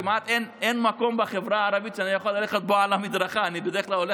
אין מקום בחברה הערבית שאני יכול ללכת בו על המדרכה.